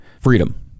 freedom